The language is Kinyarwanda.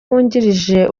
wungirije